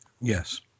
Yes